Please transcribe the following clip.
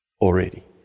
already